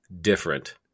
different